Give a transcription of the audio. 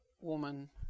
woman